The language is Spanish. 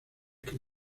que